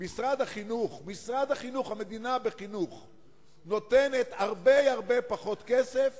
משרד החינוך, המדינה, נותנת הרבה פחות כסף